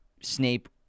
snape